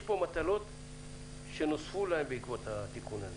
יש פה מטלות שנוספו בעקבות התיקון הזה.